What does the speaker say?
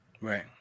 Right